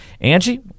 Angie